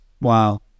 Wow